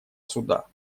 суда